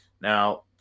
Now